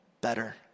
better